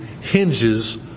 hinges